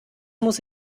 muss